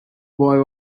boy